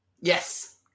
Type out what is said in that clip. yes